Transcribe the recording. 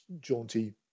jaunty